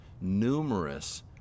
numerous